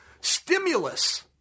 stimulus